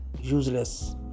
useless